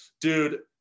dude